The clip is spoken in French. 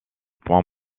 point